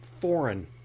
foreign